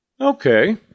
Okay